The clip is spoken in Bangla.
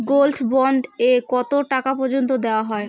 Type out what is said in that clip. গোল্ড বন্ড এ কতো টাকা পর্যন্ত দেওয়া হয়?